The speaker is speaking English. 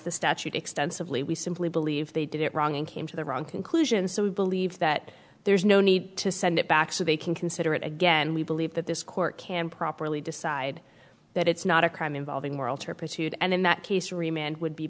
the statute extensively we simply believe they did it wrong and came to the wrong conclusion so we believe that there's no need to send it back so they can consider it again we believe that this court can properly decide that it's not a crime involving moral turpitude and in that case remained would be